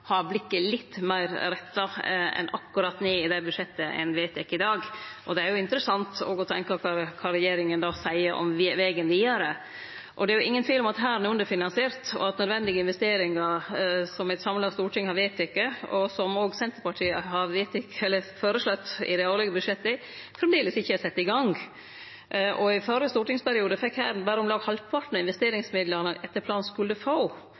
i dag. Det er interessant å tenkje på kva regjeringa då seier om vegen vidare. Det er ingen tvil om at Hæren er underfinansiert, og at nødvendige investeringar som eit samla storting har vedteke – og som òg Senterpartiet har føreslått i dei årlege budsjetta – framleis ikkje er sette i gang. I førre stortingsperiode fekk Hæren berre om lag halvparten av investeringsmidlane ein etter planen skulle få.